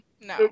no